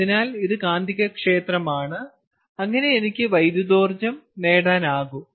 അതിനാൽ ഇത് കാന്തികക്ഷേത്രമാണ് അങ്ങനെ എനിക്ക് വൈദ്യുതോർജ്ജം നേടാനാകും